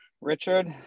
Richard